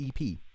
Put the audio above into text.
EP